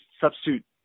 substitute